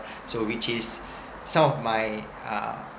so which is some of my uh